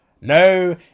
No